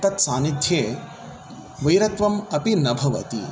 तत्सान्निध्ये वैरत्वम् अपि न भवति